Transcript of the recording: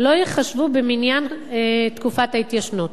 לא ייחשבו במניין תקופת ההתיישנות,